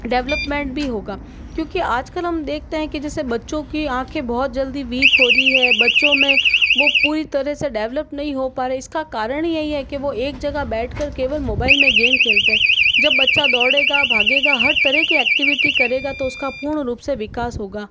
development भी होगा क्योंकि आजकल हम देखते हैं कि जैसे बच्चों की आँखें बहुत जल्दी वीक हो रही है बच्चों में वह पूरी तरह से डेवलप नहीं हो पा रहे इसका कारण यही है कि वह एक जगह बैठ कर केवल मोबाइल में गेम खेलते हैं जब बच्चा दौड़ेगा भागेगा हर तरह के एक्टिविटी करेगा तो उसका पूर्ण रूप से विकास होगा